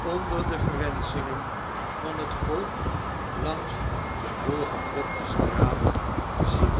onder de verwenschingen van het volk langs de volgepropte straat zieb